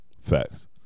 Facts